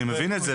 אני מבין את זה,